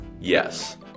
Yes